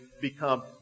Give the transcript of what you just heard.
become